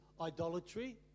idolatry